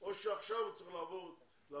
או שעכשיו הוא צריך לעבור את היום?